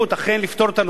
אכן לפתור את הנושא,